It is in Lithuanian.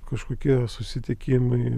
kažkokie susitikimai